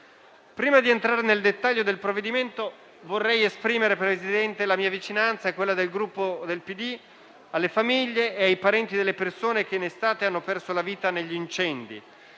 prima di entrare nel dettaglio del provvedimento, vorrei esprimere la mia vicinanza e quella del Gruppo PD alle famiglie e ai parenti delle persone che in estate hanno perso la vita negli incendi,